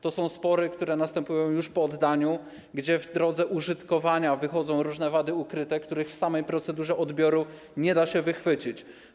To są spory, które następują już po oddaniu, gdzie w drodze użytkowania wychodzą różne wady ukryte, których w samej procedurze odbioru nie da się wychwycić.